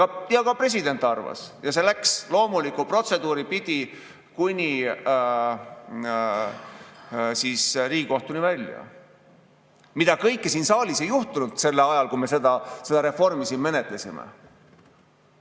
Ka president arvas nii. See läks loomulikku protseduuri pidi kuni Riigikohtuni välja. Mida kõike siin saalis ei juhtunud sellel ajal, kui me seda reformi siin menetlesime!